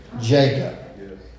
Jacob